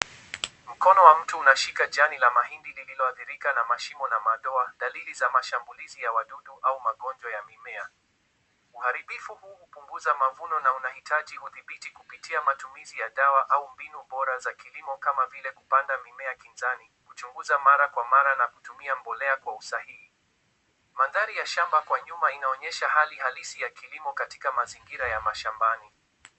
Mkono wa mtu unashika jani la mahindi lililoathirika na mashimo na madoa, dalili za mashambulizi ya wadudu au magonjwa ya mimea. Uharibifu huu hupunguza mavuno na unahitaji udhibiti kupitia matumizi ya dawa au mbinu bora za kilimo kama vile kupanda mimea kijani, kuchunguza mara kwa mara na kutumia mbolea kwa usahihi. Mandhari ya shamba kwa nyuma inaonyesha hali halisi ya kilimo katika mazingira ya mashambani.